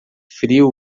frio